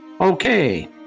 Okay